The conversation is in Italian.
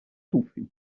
tuffi